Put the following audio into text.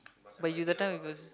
but you that time with your sis